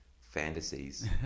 fantasies